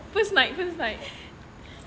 first night first night